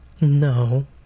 No